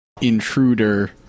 Intruder